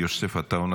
יוסף עטאונה,